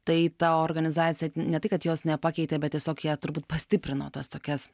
tai ta organizacija ne tai kad jos nepakeitė bet tiesiog ją turbūt pastiprino tas tokias